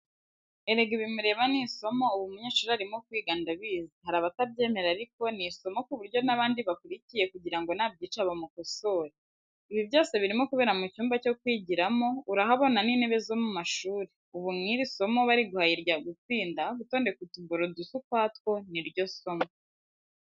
Erega ibi mureba ni isomo, ubu umunyeshuri arimo kwiga ndabizi, hari abatabyemera ariko ni isomo ku buryo n'abandi bakurikiye kugira ngo nabyica bamukosore. Ibi byose birimo kubera mu cyumba cyo kwigiramo, urahabona n'intebe zo mu mashuri, ubu nk'iri somo bariguhaye ryagutsinda gutondeka utuburo dusa ukwatwo ni ryo somo.